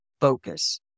focus